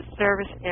service